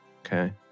Okay